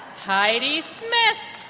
heidi smith.